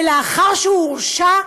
ולאחר שהוא הורשע,